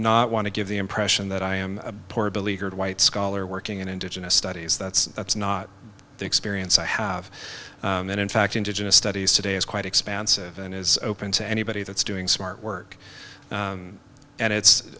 not want to give the impression that i am a poor beleaguered white scholar working in indigenous studies that's that's not the experience i have and in fact indigenous studies today is quite expansive and is open to anybody that's doing smart work and it's